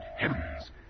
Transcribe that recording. heavens